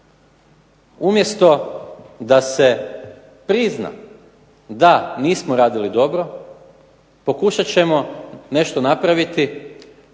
Umjesto da se prizna da nismo radili, dobro pokušat ćemo nešto napraviti,